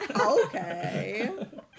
Okay